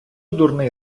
дурний